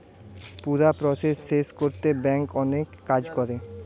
পুরা প্রসেস শেষ কোরতে ব্যাংক অনেক কাজ করে